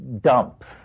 dumps